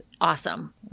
awesome